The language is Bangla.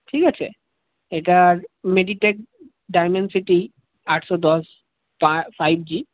ঠিক আছে এটার মেডিটেক ডায়মেনশন আটশো দশ ফাইভ জি